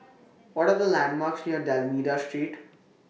What Are The landmarks near D'almeida Street